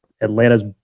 Atlanta's